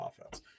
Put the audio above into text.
offense